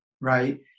right